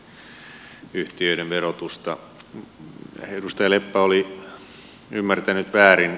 edustaja leppä oli ymmärtänyt väärin